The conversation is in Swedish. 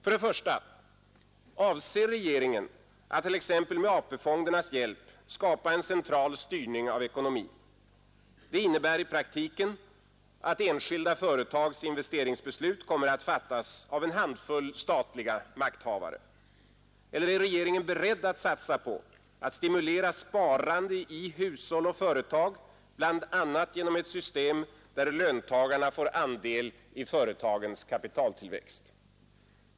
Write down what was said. För det första: Avser regeringen att t.ex. med AP-fondernas hjälp skapa en central styrning av ekonomin? Det innebär i praktiken att enskilda företags investeringsbeslut kommer att fattas av en handfull statliga makthavare. Eller är regeringen beredd att satsa på att stimulera sparande i hushåll och företag bl.a. genom ett system där löntagarna får andel i företagens kapitaltillväxt?